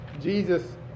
Jesus